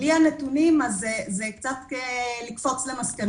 בלי הנתונים זה קצת לקפוץ למסקנות.